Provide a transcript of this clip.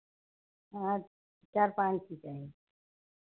हाँ चार पाँच चीज़ चाहिए